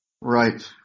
Right